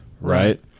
Right